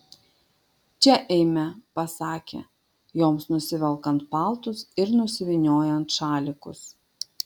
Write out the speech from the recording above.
čia eime pasakė joms nusivelkant paltus ir nusivyniojant šalikus